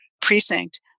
precinct